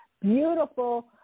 beautiful